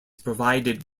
provided